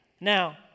Now